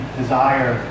desire